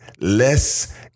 less